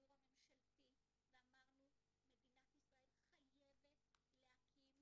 לדיור הממשלתי ואמרנו שמדינת ישראל חייבת להקים